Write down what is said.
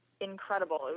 incredible